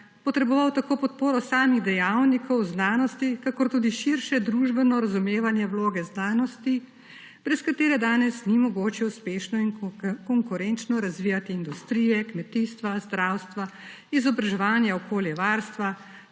potreboval tako podporo samih dejavnikov znanosti kakor tudi širše družbeno razumevanja vloge znanosti, brez katere danes ni mogoče uspešno in konkurenčno razvijati industrije, kmetijstva, zdravstva, izobraževanja okoljevarstva;